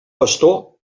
pastor